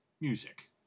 Music